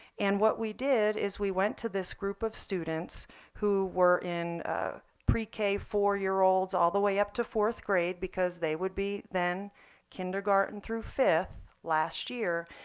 and what we did is we went to this group of students who were in pre-k four-year-olds four-year-olds all the way up to fourth grade, because they would be then kindergarten through fifth last year.